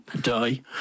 die